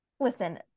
Listen